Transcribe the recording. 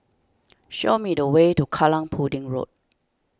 show me the way to Kallang Pudding Road